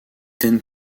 ten